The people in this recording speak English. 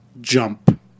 jump